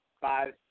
five